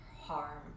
harm